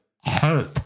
hope